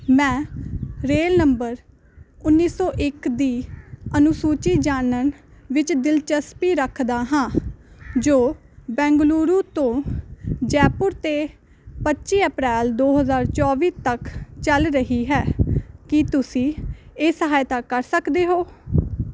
ਮੈਂ rail number ਉੱਨੀ ਸੌ ਇੱਕ ਦੀ ਅਨੁਸੂਚੀ ਜਾਣਨ ਵਿੱਚ ਦਿਲਚਸਪੀ ਰੱਖਦਾ ਹਾਂ ਜੋ ਬੈਂਗਲੁਰੂ ਤੋਂ ਜੈਪੁਰ ਤੇ ਪੱਚੀ ਅਪ੍ਰੈਲ ਦੋ ਹਜ਼ਾਰ ਚੌਵੀ ਤੱਕ ਚੱਲ ਰਹੀ ਹੈ ਕੀ ਤੁਸੀਂ ਇਹ ਸਹਾਇਤਾ ਕਰ ਸਕਦੇ ਹੋ